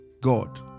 God